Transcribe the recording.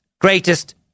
greatest